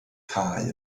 cae